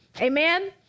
Amen